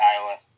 Iowa